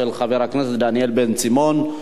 של חבר הכנסת דניאל בן-סימון,